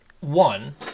one